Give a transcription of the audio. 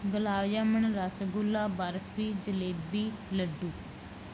ਗੁਲਾਬ jamun rasgulla barfi jalebi ਲੱਡੂ